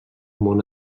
món